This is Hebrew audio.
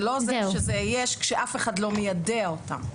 זה לא עוזר שיש כשאף אחד לא מיידע אותם.